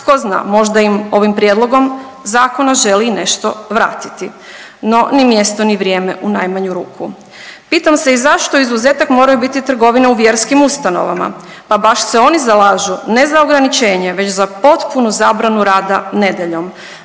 tko zna možda im ovim prijedlogom zakona želi nešto vratiti. No ni mjesto ni vrijeme u najmanju ruku. Pitam se i zašto izuzetak moraju biti trgovine u vjerskim ustanovama? Pa baš se oni zalažu ne za ograničenje, već za potpunu zabranu rada nedjeljom.